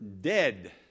dead